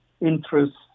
interests